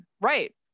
right